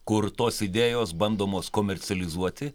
kur tos idėjos bandomos komercializuoti